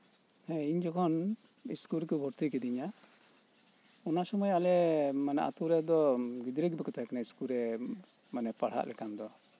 ᱦᱮᱸ ᱤᱧ ᱡᱚᱠᱷᱚᱱ ᱥᱠᱩᱞ ᱨᱮᱠᱚ ᱵᱷᱩᱨᱛᱤ ᱠᱤᱫᱤᱧᱟ ᱚᱱᱟ ᱥᱚᱢᱚᱭ ᱢᱟᱱᱮ ᱟᱞᱮ ᱚᱱᱟ ᱟᱛᱚ ᱨᱮᱫᱚ ᱜᱤᱫᱽᱨᱟᱹ ᱜᱮ ᱵᱟᱠᱚ ᱛᱟᱦᱮᱸᱠᱟᱱᱟ ᱥᱠᱩᱞ ᱨᱮ ᱢᱟᱱᱮ ᱯᱟᱲᱦᱟᱜ ᱞᱮᱠᱟᱱ ᱫᱚ